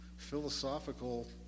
philosophical